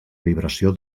vibració